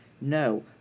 no